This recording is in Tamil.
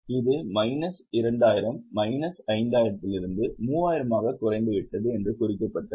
இது மைனஸ் 2000 மைனஸ் 5000 இலிருந்து 3000 ஆக குறைந்துவிட்டது என்று குறிக்கப்பட்டது